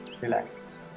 relax